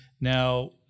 Now